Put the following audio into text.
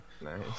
Nice